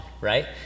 right